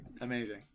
amazing